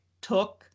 took